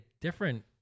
different